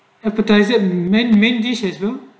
advertiser men main dish israel